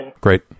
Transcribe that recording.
Great